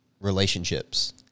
relationships